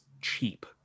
cheap